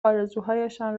آرزوهایشان